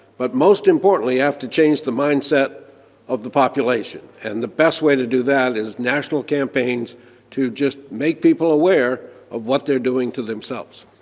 but most importantly you have to change the mindset of the population, and the best way to do that is national campaigns to just make people aware of what they're doing to themselves.